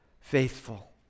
Faithful